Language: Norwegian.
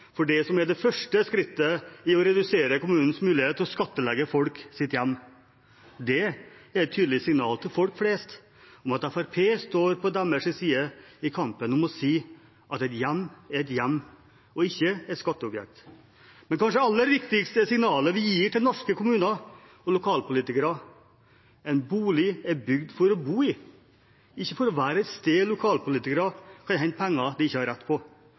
for det som er det første skrittet i å redusere kommunenes mulighet til å skattlegge folks hjem. Det er et tydelig signal til folk flest om at Fremskrittspartiet står på deres side i kampen for å si at et hjem er et hjem, ikke et skatteobjekt. Men kanskje aller viktigst er signalet vi gir til norske kommuner og lokalpolitikere: En bolig er bygd for å bo i, ikke for å være et sted lokalpolitikere kan hente penger de ikke har rett på.